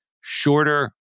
shorter